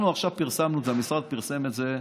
אנחנו עכשיו פרסמנו, המשרד עכשיו פרסם את זה,